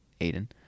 Aiden